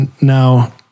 Now